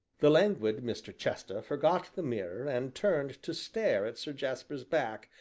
the languid mr. chester forgot the mirror, and turned to stare at sir jasper's back,